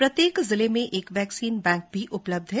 प्रत्येक जिले में एक वैक्सीन बैंक भी उपलब्ध है